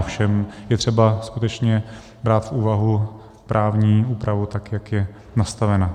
Ovšem je třeba skutečně brát v úvahu právní úpravu, tak jak je nastavena.